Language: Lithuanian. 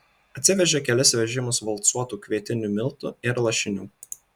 atsivežė kelis vežimus valcuotų kvietinių miltų ir lašinių